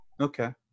Okay